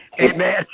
Amen